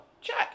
Check